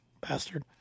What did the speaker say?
bastard